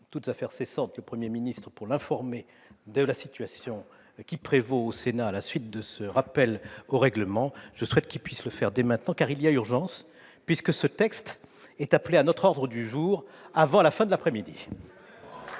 toute affaire cessante M. le Premier ministre pour l'informer de la situation qui prévaut au Sénat à la suite de ce rappel au règlement. Je souhaite qu'il puisse le faire dès maintenant, car il y a urgence, puisque le texte concerné est inscrit à notre ordre du jour de la fin de l'après-midi.